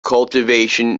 cultivation